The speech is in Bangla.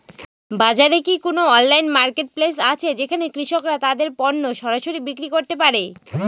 বাজারে কি কোন অনলাইন মার্কেটপ্লেস আছে যেখানে কৃষকরা তাদের পণ্য সরাসরি বিক্রি করতে পারে?